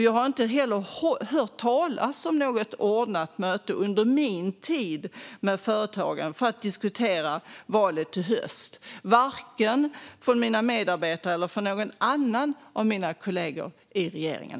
Jag har inte heller under min tid i regeringen hört talas om något ordnat möte med företagen för att diskutera valet i höst, varken från mina medarbetare eller från någon av mina kollegor i regeringen.